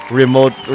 remote